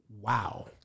wow